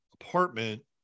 apartment